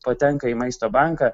patenka į maisto banką